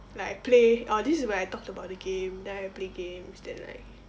like I play orh this is where I talked about the game then I play games then like